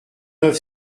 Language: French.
œuvre